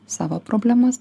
savo problemas